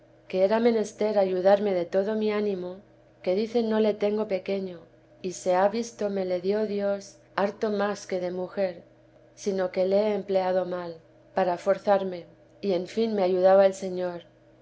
que era menester ayudarme de todo mi ánimo que dicen no le tengo pequeño y se ha visto me le dio dios harto más que de mujer sino que le he empleado mal para forzarme y en fin me ayudaba el señor